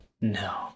No